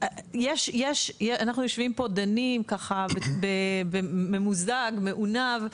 אנחנו יושבים פה ממוזג, מעונב,